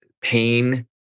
pain